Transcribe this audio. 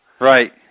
Right